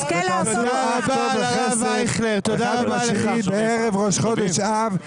ותעשו רק טוב וחסד אחד עם השני בערב ראש חודש אב,